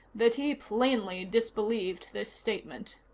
that he plainly disbelieved this statement.